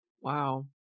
Wow